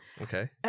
Okay